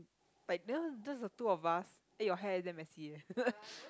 like you know just the two of us eh your hair is damn messy eh